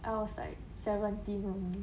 I was like seventeen only